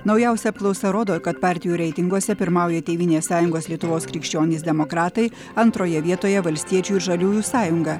naujausia apklausa rodo kad partijų reitinguose pirmauja tėvynės sąjungos lietuvos krikščionys demokratai antroje vietoje valstiečių ir žaliųjų sąjunga